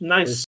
Nice